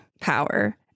power